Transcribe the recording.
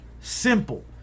Simple